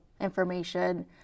information